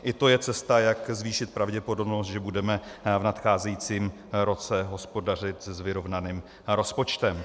I to je cesta, jak zvýšit pravděpodobnost, že budeme v nadcházejícím roce hospodařit s vyrovnaným rozpočtem.